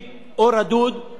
הולכים לעשות את זה בשום שכל,